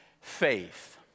faith